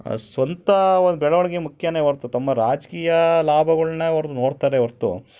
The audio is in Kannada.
ಸ್ವಂತ ಬೆಳವಣ್ಗೆ ಮುಖ್ಯನೆ ಹೊರ್ತು ತಮ್ಮ ರಾಜಕೀಯ ಲಾಭಗಳ್ನ ಅವ್ರು ನೋಡ್ತಾರೆ ಹೊರ್ತು